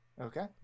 Okay